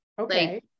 Okay